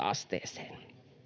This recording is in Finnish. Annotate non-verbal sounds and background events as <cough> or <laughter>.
<unintelligible> asteeseen